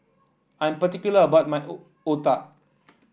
I am particular about my O Otah